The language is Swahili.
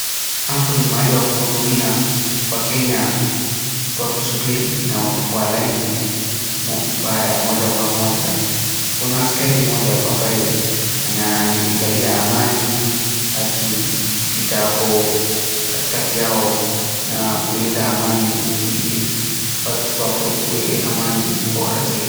Hapo ni mahali ya kuudumia wakenya wakisubiri na wako kwa laini baada ya moja kwa moja, kuna askari mmoja hapa ambaye anaangalia amani akipita hapo katikati yao na kulinda amani ili watu hapo ikue amani bora zaidi.